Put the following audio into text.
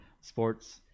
sports